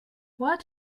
what